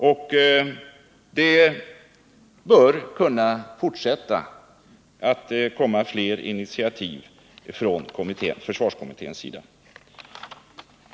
Det bör kunna fortsätta att komma flera initiativ från försvarskommitténs sida.